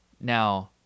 Now